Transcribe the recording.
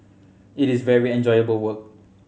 it is very enjoyable work